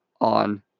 on